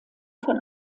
von